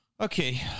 Okay